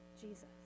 Jesus